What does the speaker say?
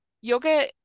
yoga